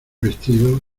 vestido